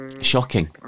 Shocking